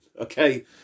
Okay